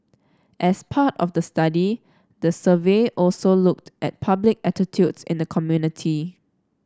as part of the study the survey also looked at public attitudes in the community